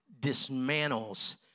dismantles